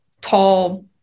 tall